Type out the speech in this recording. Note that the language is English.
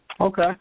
Okay